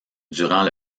durant